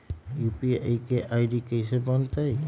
UPI के ID कैसे बनतई?